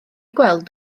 gweld